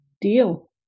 deal